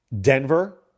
Denver